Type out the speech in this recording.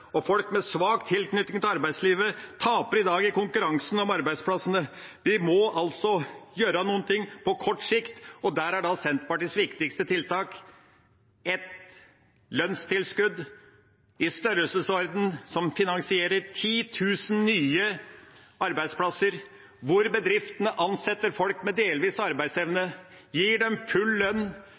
Folk med svak tilknytning til arbeidslivet taper i dag i konkurransen om arbeidsplassene. Vi må altså gjøre noe på kort sikt. Der er Senterpartiets viktigste tiltak et lønnstilskudd i en størrelsesorden som finansierer 10 000 nye arbeidsplasser, hvor bedriftene ansetter folk med delvis arbeidsevne, gir dem full lønn,